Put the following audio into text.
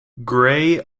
gray